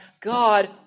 God